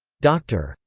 dr.